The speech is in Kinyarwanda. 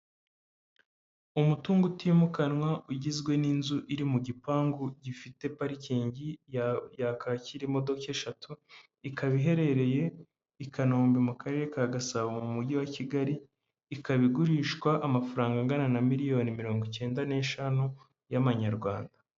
Umutungo utimukanwa ugizwe n'inzu iri mu gipangu gifite parikingi ya kaki irimo imodoka eshatu ikaba iherereye i Kanombe mu karere ka Gasabo mu mujyi wa Kigali ikaba igurishwa amafaranga angana na miliyoni mirongo icyenda n'eshanu y'amanyarwanda.